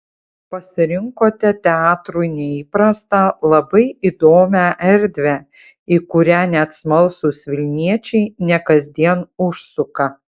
pasirinkote teatrui neįprastą labai įdomią erdvę į kurią net smalsūs vilniečiai ne kasdien užsuka